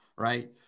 right